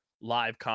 live